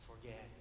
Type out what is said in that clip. forget